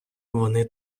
вони